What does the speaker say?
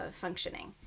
functioning